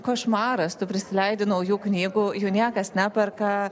košmaras tu prisileidi naujų knygų jų niekas neperka